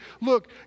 look